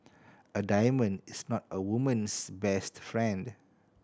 a diamond is not a woman's best friend